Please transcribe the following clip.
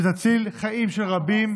שתציל חיים של רבים,